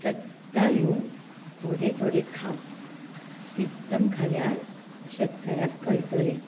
सदां येवन थोडें थोडें खा एकदम खाल्ल्यार शेतकाराक कळटलें